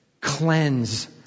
cleanse